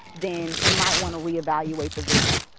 then you might want to re-evaluate the vision.